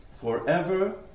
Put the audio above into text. forever